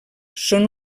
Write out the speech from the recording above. són